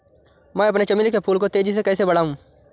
मैं अपने चमेली के फूल को तेजी से कैसे बढाऊं?